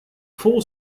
four